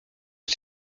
ces